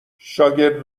شاگرد